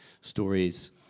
stories